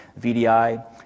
VDI